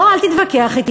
לא, אל תתווכח אתי.